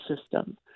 system